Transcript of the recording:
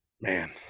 man